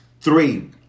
Three